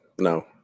No